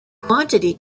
quantity